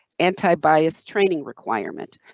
anti bias training requirement.